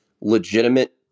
legitimate